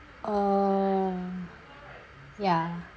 oh ya